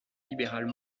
libéral